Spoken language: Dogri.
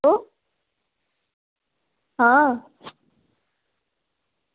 हैलो आं